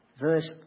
Verse